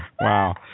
Wow